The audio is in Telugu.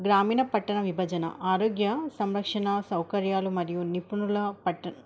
గ్రామీణ పట్టణ విభజన ఆరోగ్య సంరక్షణ సౌకర్యాలు మరియు నిపుణుల పట్టణ